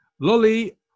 Lolly